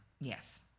Yes